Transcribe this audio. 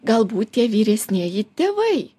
galbūt tie vyresnieji tėvai